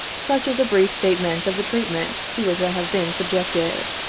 such is a brief statement of the treatment to which i have been subjected.